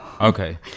okay